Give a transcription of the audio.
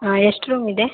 ಹಾಂ ಎಷ್ಟು ರೂಮ್ ಇದೆ